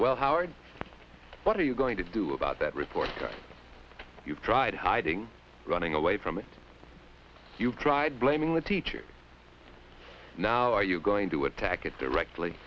well howard what are you going to do about that report you've tried hiding running away from it you've tried blaming the teacher now are you going to attack it directly